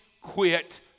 quit